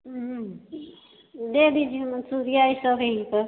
दे दीजिए मंसूरिया